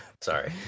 Sorry